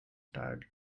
tired